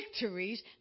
victories